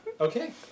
Okay